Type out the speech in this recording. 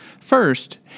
First